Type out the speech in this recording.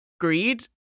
greed